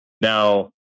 Now